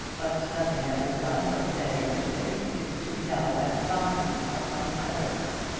but nothing that was done or said yesterday is to be held as binding upon either of us.